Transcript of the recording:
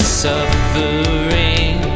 suffering